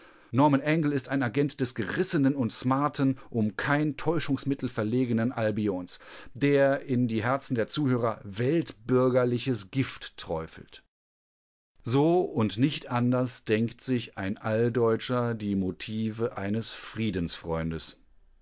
norman angell ist ein agent des gerissenen und smarten um kein täuschungsmittel verlegenen albions der in die herzen der zuhörer weltbürgerliches gift träufelt so und nicht anders denkt sich ein alldeutscher die motive eines